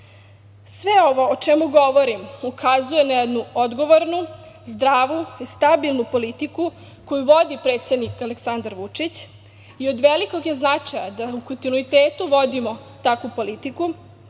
ovo o čemu govorim ukazuje na jednu odgovornu, zdravu i stabilnu politiku koju vodi predsednik Aleksandar Vučić i od velikog je značaja da u kontinuitetu vodimo takvu politiku,